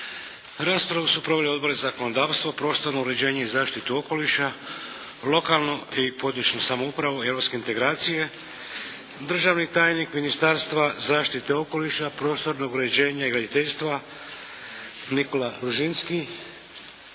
Raspravu su proveli Odbor za zakonodavstvo, prostorno uređenje i zaštitu okoliša, lokalnu i područnu samoupravu, Europske integracije. Državni tajnik Ministarstva zaštite okoliša, prostornog uređenja i graditeljstva Nikola Ružinski,